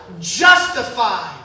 justified